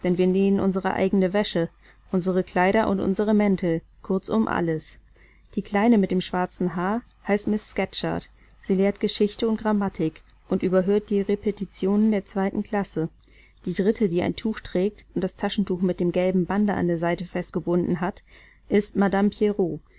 wir nähen unsere eigene wäsche unsere kleider und unsere mäntel kurzum alles die kleine mit dem schwarzen haar heißt miß scatcherd sie lehrt geschichte und grammatik und überhört die repetitionen der zweiten klasse die dritte die ein tuch trägt und das taschentuch mit einem gelben bande an der seite festgebunden hat ist madame